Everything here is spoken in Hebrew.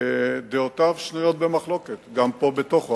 דעותיו שנויות במחלוקת גם פה בתוכנו,